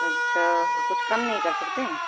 اچھا تو کچھ کم نہیں کر سکتے ہیں